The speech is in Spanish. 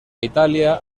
italia